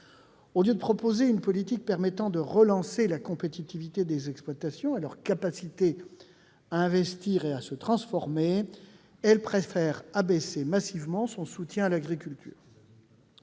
Au lieu de proposer une politique à même de relancer la compétitivité des exploitations et leur capacité à investir et à se transformer, elle préfère abaisser massivement son soutien à l'agriculture.